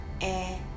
air